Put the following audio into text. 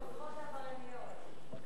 לעברייניות.